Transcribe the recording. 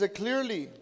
clearly